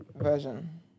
version